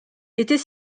était